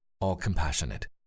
all-compassionate